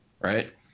right